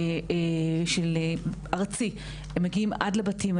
הם מגיעים עד לבתים.